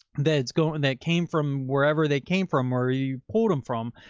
that's going that came from wherever they came from, or you pulled them from,